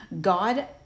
God